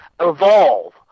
evolve